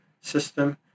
system